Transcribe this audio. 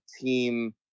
team